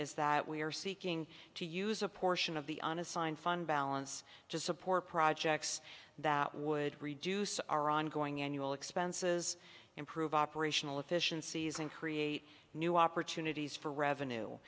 is that we are seeking to use a portion of the unassigned fund balance to support projects that would reduce our ongoing annual expenses improve operational efficiencies and create new opportunities for revenue